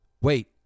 wait